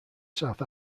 south